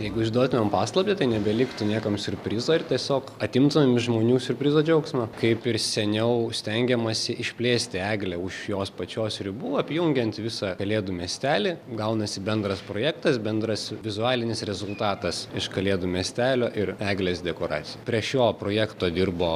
jeigu išduotumėm paslaptį tai nebeliktų niekam siurprizo ir tiesiog atimtumėm iš žmonių siurprizo džiaugsmą kaip ir seniau stengiamasi išplėsti eglę už jos pačios ribų apjungiant visą kalėdų miestelį gaunasi bendras projektas bendras vizualinis rezultatas iš kalėdų miestelio ir eglės dekoracijos prie šio projekto dirbo